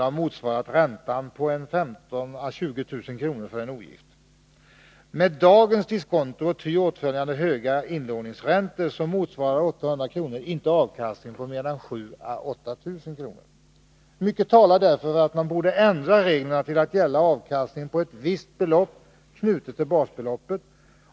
ha motsvarat räntan på 15 000 å 20 000 kr. för ogift. Med dagens diskonto och de åtföljande höga inlåningsräntorna motsvarar 800 kr. inte avkastning på mer än 7 000 å 8 000 kr. Mycket talar därför för att man borde ändra reglerna till att gälla avkastning på ett visst belopp, knutet till basbeloppet.